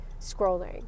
scrolling